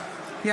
בעד.